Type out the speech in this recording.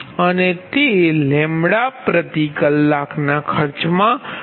અને તે પ્રતિ કલાકના ખર્ચમાં રૂ